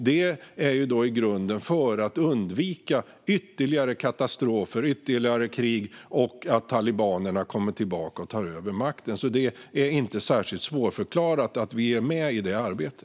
Detta är i grunden för att undvika ytterligare katastrofer och krig och att talibanerna kommer tillbaka och tar över makten. Det är inte särskilt svårförklarat att vi är med i detta arbete.